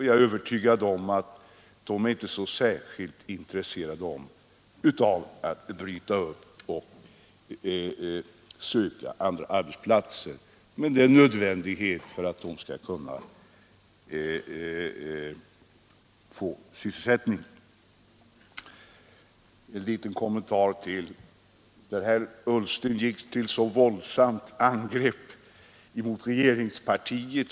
Jag är övertygad om att de inte är särskilt intresserade av att bryta upp och söka andra arbetsplatser, men det är nödvändigt för att de skall kunna få sysselsättning. Jag vill göra en liten kommentar till herr Ullstens våldsamma angrepp på regeringspartiet.